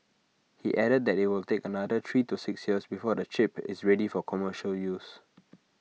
he added that IT will take another three to six years before the chip is ready for commercial use